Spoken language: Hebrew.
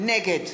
נגד